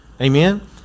Amen